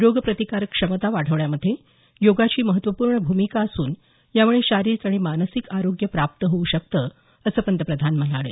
रोग प्रतिकार क्षमता वाढवण्यामध्ये योगची महत्त्वपूर्ण भूमिका असून यामुळे शारिरीक आणि मानसिक आरोग्य प्राप्त होऊ शकते असं पंतप्रधान म्हणाले